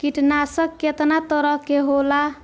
कीटनाशक केतना तरह के होला?